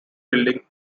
building